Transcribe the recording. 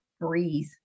breathe